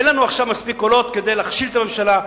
אין לנו עכשיו מספיק קולות כדי להכשיל את הממשלה,